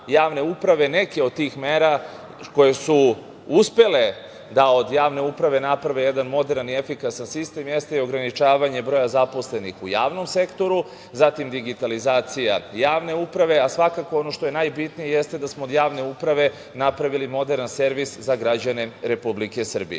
neke od tih mera koje su uspele da od javne uprave naprave jedan moderan i efikasan sistem jeste i ograničavanje broja zaposlenih u javnom sektoru, zatim digitalizacija javne uprave, a svakako ono što je najbitnije jeste da smo od javne uprave napravili moderan servis za građane Republike Srbije. Svakako